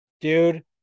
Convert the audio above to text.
dude